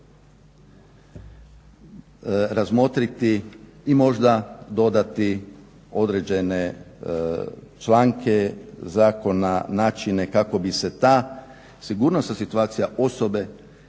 razmotriti i možda dodati određene članke zakona, načine kako bi se ta sigurnosna situacija osobe